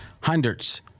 hundreds